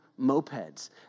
mopeds